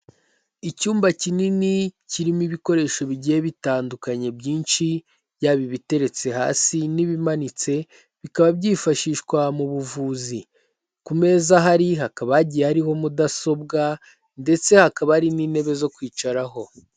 Icyumba kinini kirimo ibikoresho bigiye bitandukanye byinshi byaba ibiteretse hasi n'ibimanitse bikaba byifashishwa mu buvuzi, ku meza aho ari hakaba hagiye harihoho mudasobwa ndetse hakaba hari n'intebe zo kwicaraho.